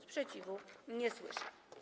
Sprzeciwu nie słyszę.